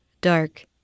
dark